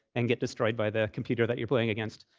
and get destroyed by the computer that you're playing against.